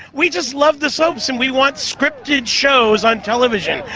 we just love the soaps, and we want scripted shows on television.